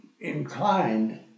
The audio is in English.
inclined